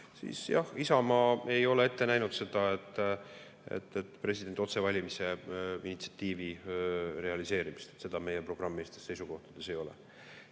siis jah, Isamaa ei ole ette näinud seda, et presidendi otsevalimise initsiatiivi realiseerida. Seda meie programmilistes seisukohtades ei ole.